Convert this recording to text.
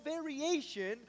variation